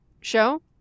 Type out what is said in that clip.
show